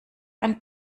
ein